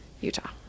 Utah